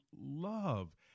love